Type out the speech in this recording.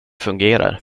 fungerar